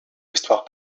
histoire